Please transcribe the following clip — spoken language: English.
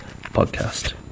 podcast